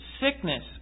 sickness